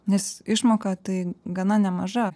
nes išmoka tai gana nemaža